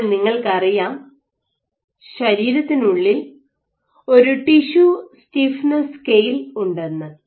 ഇപ്പോൾ നിങ്ങൾക്കറിയാം ശരീരത്തിനുള്ളിൽ ഒരു ടിഷ്യു സ്റ്റിഫ്നെസ്സ് സ്കെയിൽ ഉണ്ടെന്ന്